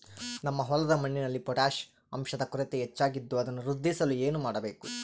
ನಮ್ಮ ಹೊಲದ ಮಣ್ಣಿನಲ್ಲಿ ಪೊಟ್ಯಾಷ್ ಅಂಶದ ಕೊರತೆ ಹೆಚ್ಚಾಗಿದ್ದು ಅದನ್ನು ವೃದ್ಧಿಸಲು ಏನು ಮಾಡಬೇಕು?